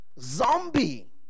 Zombie